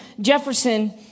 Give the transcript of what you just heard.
Jefferson